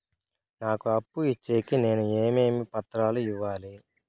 నాకు అప్పు ఇచ్చేకి నేను ఏమేమి పత్రాలు ఇవ్వాలి